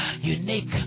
unique